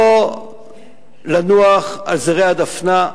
לא לנוח על זרי הדפנה,